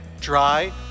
dry